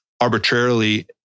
arbitrarily